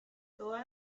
todas